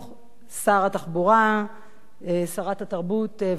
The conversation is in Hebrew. שר התחבורה, שרת התרבות והספורט,